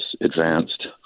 advanced